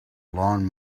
lawn